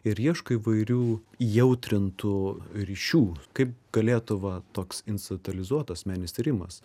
ir ieško įvairių įjautrintų ryšių kaip galėtų va toks institutalizuotas meninis tyrimas